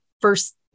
First